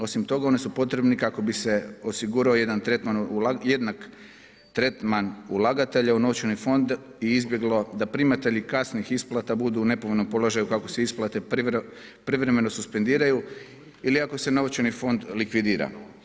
Osim toga, oni su potrebni kako bi se osigurao jednak tretman ulagatelja u novčani fond i izbjeglo da primatelji kasnijih isplata budu u nepovoljnom položaju kako se isplate privremeno suspendiraju ili ako se novčani fond likvidira.